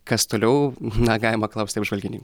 kas toliau na galima klausti apžvalgininkų